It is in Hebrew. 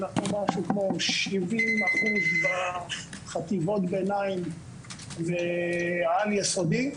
אנחנו משהו כמו 70% בחטיבות הביניים והעל יסודי,